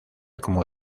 como